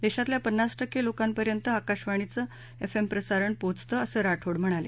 देशातल्या पन्नास टक्के लोकांपर्यंत आकाशवाणीचं एफ एम प्रसारण पोचतं असं राठोड म्हणाले